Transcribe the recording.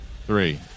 three